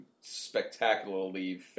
spectacularly